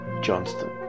Johnston